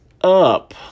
up